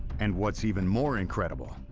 and what's even more incredible,